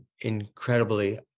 incredibly